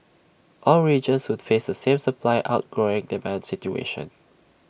all regions would face the same supply outgrowing demand situation